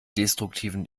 destruktiven